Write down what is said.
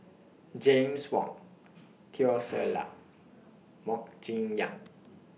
James Wong Teo Ser Luck Mok Jim Yang